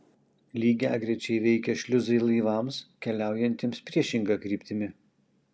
lygiagrečiai veikia šliuzai laivams keliaujantiems priešinga kryptimi